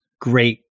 great